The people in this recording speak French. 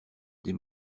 des